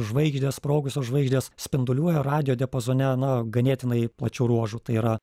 žvaigždės sprogusios žvaigždės spinduliuoja radijo diapazone na ganėtinai pačiu ruožu tai yra